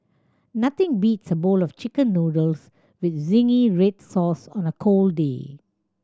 nothing beats a bowl of Chicken Noodles with zingy red sauce on a cold day